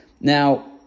Now